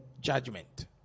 judgment